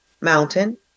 mountain